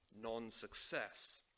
non-success